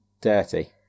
dirty